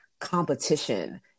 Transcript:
competition